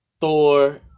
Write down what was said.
Thor